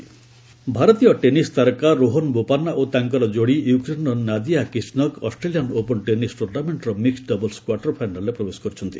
Australian Open ଭାରତୀୟ tennis ତାରକା ରୋହନ୍ ବୋପାନ୍ଧା ଓ ତାଙ୍କର ଯୋଡ଼ି ୟୁକ୍ରେନ୍ର Nadia Kichenok Australian Open tennis ଟ୍ରୁର୍ଣ୍ଣାମେଣ୍ଟ୍ର ମିକୃତ୍ ଡବଲ୍ସ୍ କ୍ୱାର୍ଟର ଫାଇନାଲ୍ରେ ପ୍ରବେଶ କରିଛନ୍ତି